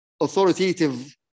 authoritative